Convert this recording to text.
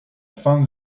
fin